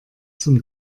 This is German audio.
zum